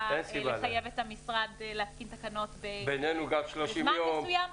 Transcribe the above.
לחייב את המשרד להתקין תקנות בזמן מסוים.